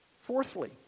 Fourthly